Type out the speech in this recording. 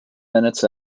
minutes